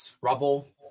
rubble